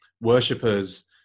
worshippers